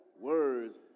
Words